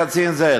קצין זה.